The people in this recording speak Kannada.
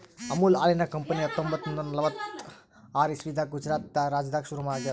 ಅಮುಲ್ ಹಾಲಿನ್ ಕಂಪನಿ ಹತ್ತೊಂಬತ್ತ್ ನೂರಾ ನಲ್ವತ್ತಾರ್ ಇಸವಿದಾಗ್ ಗುಜರಾತ್ ರಾಜ್ಯದಾಗ್ ಶುರು ಆಗ್ಯಾದ್